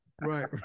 Right